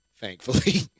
Thankfully